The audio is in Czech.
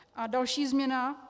A další změna.